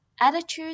Attitudes